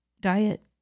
diet